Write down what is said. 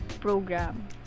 program